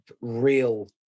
real